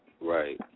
Right